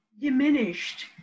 diminished